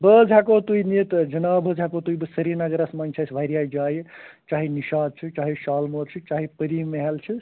بہٕ حظ ہیٛکو تُہۍ نِتھ ٲں جناب بہٕ حظ ہیٚکو تُہۍ سرینگرس منٛز چھِ اسہِ واریاہ جایہِ چاہے نِشاط چھُ چاہے شالیٖمٲر چھُ چاہے پری محل چھُ